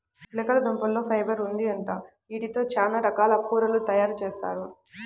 చిలకడదుంపల్లో ఫైబర్ ఉండిద్దంట, యీటితో చానా రకాల కూరలు తయారుజేత్తారు